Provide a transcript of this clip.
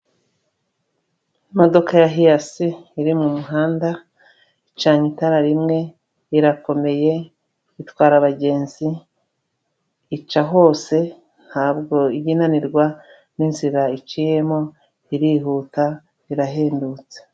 Imodoka ya Hiyasi iri mu muhanda, icanye itara rimwe, irakomeye, itwara abagenzi, ica hose ntabwo inanirwa n'inzira iciyemo, irihuta, irahendutse.